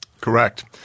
Correct